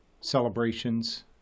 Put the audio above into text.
celebrations